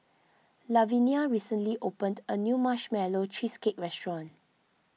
Lavinia recently opened a new Marshmallow Cheesecake restaurant